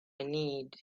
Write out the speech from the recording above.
need